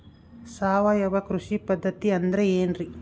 ಸಾವಯವ ಕೃಷಿ ಪದ್ಧತಿ ಅಂದ್ರೆ ಏನ್ರಿ?